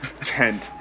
tent